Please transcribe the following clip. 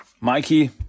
Mikey